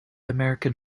american